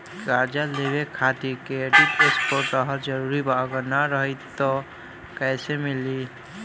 कर्जा लेवे खातिर क्रेडिट स्कोर रहल जरूरी बा अगर ना रही त कैसे मिली?